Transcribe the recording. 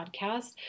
podcast